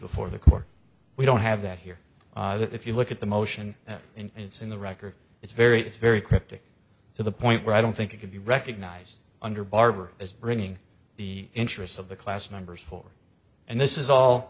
before the court we don't have that here that if you look at the motion in it's in the record it's very it's very cryptic to the point where i don't think it could be recognized under barbour as bringing the interests of the class numbers for and this is all